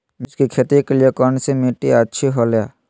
मिर्च की खेती के लिए कौन सी मिट्टी अच्छी होईला?